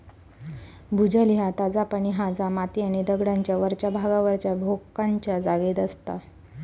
भूजल ह्या ताजा पाणी हा जा माती आणि दगडांच्या वरच्या भागावरच्या भोकांच्या जागेत असता